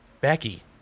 Becky